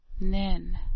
NIN